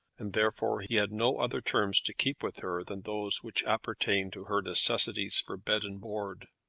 and therefore he had no other terms to keep with her than those which appertained to her necessities for bed and board.